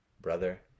brother